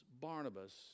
Barnabas